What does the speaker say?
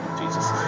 Jesus